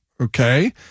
Okay